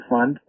Fund